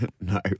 No